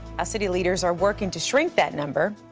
ah city leaders are working to shrink that number.